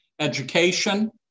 education